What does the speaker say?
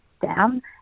down